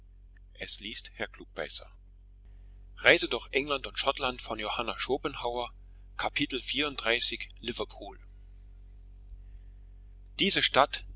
liverpool diese stadt